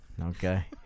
Okay